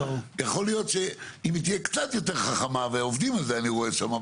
יכול להיות שאם היא תהיה קצת יותר חכמה ואני רואה שעובדים על זה